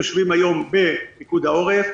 הם יושבים היום בפיקוד העורף.